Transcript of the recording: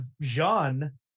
Jean